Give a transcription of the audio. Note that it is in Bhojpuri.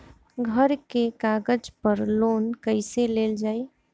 घर के कागज पर लोन कईसे लेल जाई?